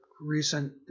recent